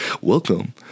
welcome